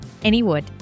Anywood